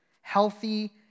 healthy